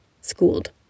schooled